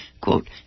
quote